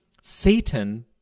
Satan